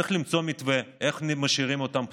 צריך למצוא מתווה איך משאירים אותם פתוחים.